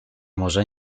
może